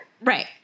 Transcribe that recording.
Right